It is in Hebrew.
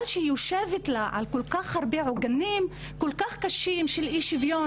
שהיא יושבת לה על כל כך הרבה עוגנים קשים של אי-שוויון,